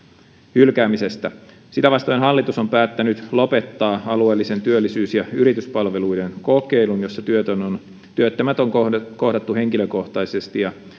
hylkäämisestä sitä vastoin hallitus on päättänyt lopettaa alueellisen työllisyys ja yrityspalveluiden kokeilun jossa työttömät on kohdattu kohdattu henkilökohtaisesti ja